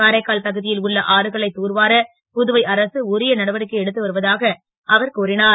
காரைக்கால் பகு ல் உள்ள ஆறுகளை தூர்வார புதுவை அரசு உரிய நடவடிக்கை எடுத்து வருவதாக அவர் கூறினார்